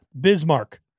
Bismarck